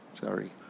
sorry